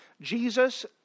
Jesus